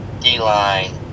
D-line